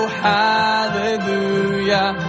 hallelujah